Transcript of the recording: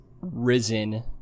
risen